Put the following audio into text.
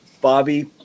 Bobby